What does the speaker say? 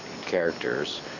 characters